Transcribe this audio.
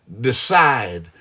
decide